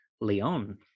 Leon